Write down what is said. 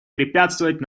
препятствовать